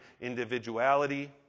individuality